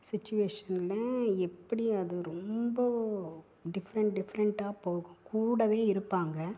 சுச்சிவேஷன்லேயும் எப்படி அது ரொம்ப டிஃப்ரெண்ட் டிஃப்ரெண்ட்டாக போகும் கூடவே இருப்பாங்க